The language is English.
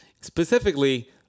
specifically